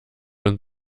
und